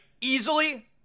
Easily